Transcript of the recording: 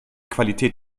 qualität